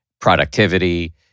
productivity